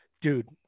Dude